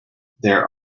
there